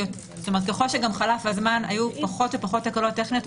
ככל שחלף הזמן היו פחות ופחות תקלות טכניות,